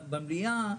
במליאה,